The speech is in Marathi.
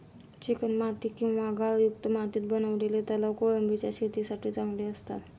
चिकणमाती किंवा गाळयुक्त मातीत बनवलेले तलाव कोळंबीच्या शेतीसाठी चांगले असतात